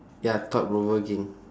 ya thought-provoking